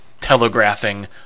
telegraphing